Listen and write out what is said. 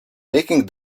taking